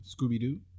Scooby-Doo